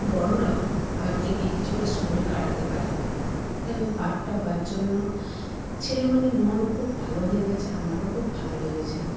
বড়োরাও পার্কে গিয়ে কিছুটা সময় কাটাতে পারে তাই ওই পার্কটা হওয়ার জন্য ছেলে মেয়েদের মন খুব ভালো হয়ে গেছে আমারও খুব ভালো লেগেছে